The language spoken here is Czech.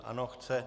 Ano, chce.